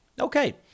Okay